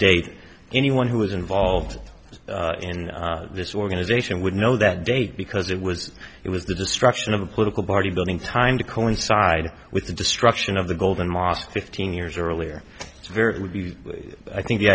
date anyone who was involved in this organization would know that date because it was it was the destruction of a political party building time to coincide with the destruction of the golden mosque fifteen years earlier it's very it would be i think the